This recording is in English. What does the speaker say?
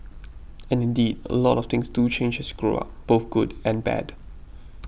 and indeed a lot of things do change as you grow up both good and bad